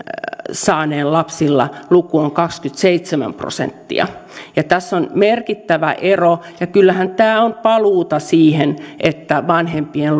saaneen lapsilla luku on kaksikymmentäseitsemän prosenttia tässä on merkittävä ero ja kyllähän tämä on paluuta siihen että vanhempien